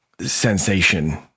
sensation